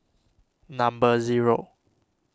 number zero